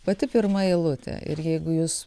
pati pirma eilutė ir jeigu jūs